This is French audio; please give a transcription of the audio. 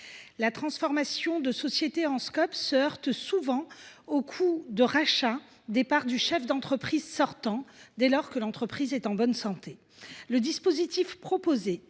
La transformation de société en Scop se heurte souvent au coût de rachat des parts du chef d’entreprise sortant, dès lors que l’entreprise est en bonne santé. Le dispositif proposé